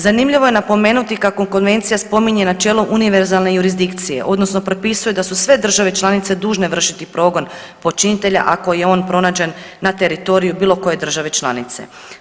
Zanimljivo je napomenuti kako Konvencija spominje načelno univerzalne jurisdikcije, odnosno propisuje da su sve države članice dužne vršiti progon počinitelja ako je on pronađen na teritoriju bilo koje države članice.